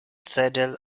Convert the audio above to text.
saddle